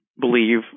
believe